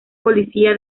policía